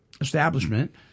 establishment